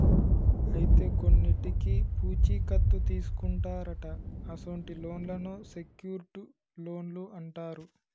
అయితే కొన్నింటికి పూచీ కత్తు తీసుకుంటారట అసొంటి లోన్లను సెక్యూర్ట్ లోన్లు అంటారు